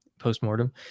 post-mortem